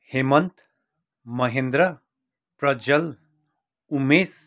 Hemant Mahendra Prajwal Umesh